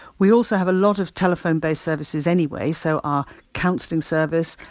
we also have a lot of telephone based services anyway, so, our counselling service,